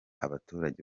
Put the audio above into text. abaturage